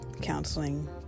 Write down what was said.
counseling